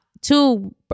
two